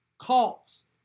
cults